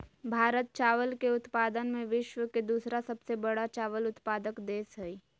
भारत चावल के उत्पादन में विश्व के दूसरा सबसे बड़ा चावल उत्पादक देश हइ